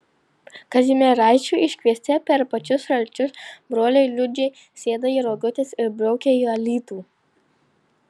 kazimieraičio iškviesti per pačius šalčius broliai liudžiai sėda į rogutes ir braukia į alytų